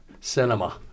cinema